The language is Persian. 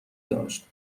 داشت